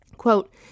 Quote